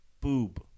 Boob